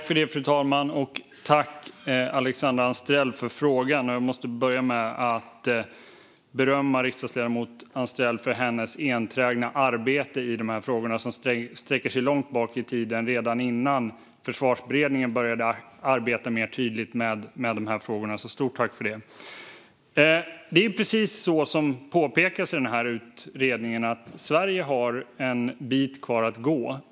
Fru talman! Jag tackar Alexandra Anstrell för frågan. Jag måste börja med att berömma riksdagsledamoten Anstrell för hennes enträgna arbete i de här frågorna. Det sträcker sig långt bak i tiden - till tiden innan Försvarsberedningen började arbeta mer tydligt med dessa frågor. Stort tack för det! Det är precis så som påpekas i utredningen att Sverige har en bit kvar att gå.